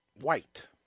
white